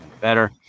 better